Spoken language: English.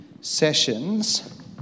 sessions